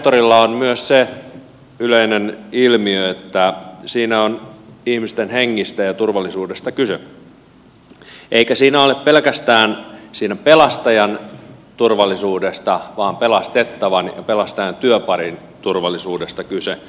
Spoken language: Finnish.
turvallisuussektorilla on myös se yleinen ilmiö että siinä on ihmisten hengestä ja turvallisuudesta kyse eikä siinä ole pelkästään sen pelastajan turvallisuudesta vaan pelastettavan ja pelastajan työparin turvallisuudesta kyse